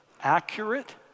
Accurate